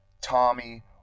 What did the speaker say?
tommy